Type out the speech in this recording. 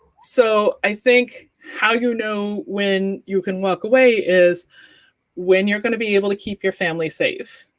so i think how you know when you can walk away is when you're going to be able to keep your family safe.